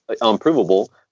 unprovable